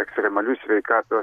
ekstremalių sveikatų